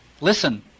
Listen